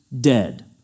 dead